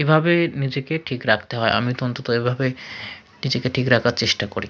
এভাবে নিজেকে ঠিক রাখতে হয় আমি তো অন্তত এভাবে নিজেকে ঠিক রাখার চেষ্টা করি